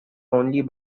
only